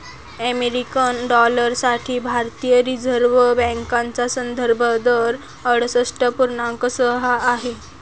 American dollar साठी भारतीय reserve बँकेचा संदर्भ दर अडुसष्ठ पूर्णांक सहा आहे